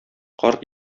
карт